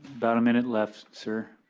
about a minute left, so